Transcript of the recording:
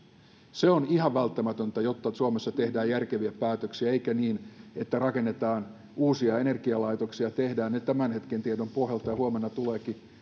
se on ihan välttämätöntä jotta suomessa tehdään järkeviä päätöksiä eikä niin että rakennetaan uusia energialaitoksia ja tehdään ne tämän hetken tiedon pohjalta ja huomenna tuleekin